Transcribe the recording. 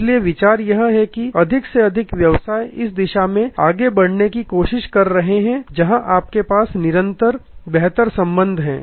इसलिए विचार यह है कि अधिक से अधिक व्यवसाय इस दिशा में आगे बढ़ने की कोशिश कर रहे हैं जहां आपके पास निरंतर बेहतर संबंध हैं